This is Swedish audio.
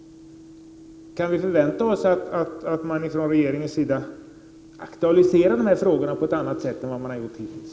Kan vi förvänta oss att man från regeringens sida aktualiserar dessa frågor på ett annat sätt än vad man gjort hittills?